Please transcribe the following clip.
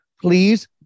please